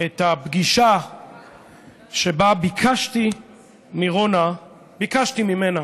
את הפגישה שבה ביקשתי מרונה, ביקשתי ממנה